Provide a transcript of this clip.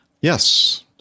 Yes